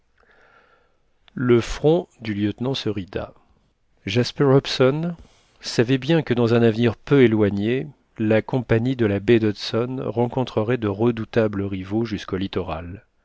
le front du lieutenant se rida jasper hobson savait bien que dans un avenir peu éloigné la compagnie de la baie d'hudson rencontrerait de redoutables rivaux jusqu'au littoral